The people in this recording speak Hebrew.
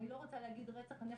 אני לא רוצה להגיד רצח הנפש,